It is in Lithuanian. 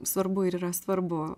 svarbu ir yra svarbu